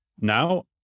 Now